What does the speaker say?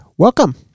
welcome